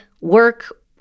work